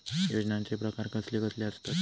योजनांचे प्रकार कसले कसले असतत?